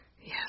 Yes